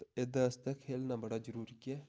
ते एह्दे आस्तै खेलना बड़ा जरूरी ऐ